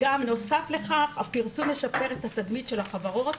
נוסף לכך, הפרסום משפר את התדמית של החברות